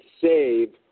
save